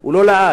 הוא לא לעד.